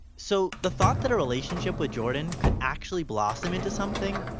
so the thought that a relationship with jordan could actually blossom into something,